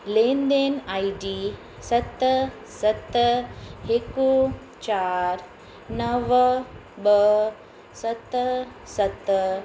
लेनदेन I D सत सत हिकु चार नव ॿ सत सत